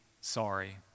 sorry